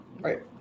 Right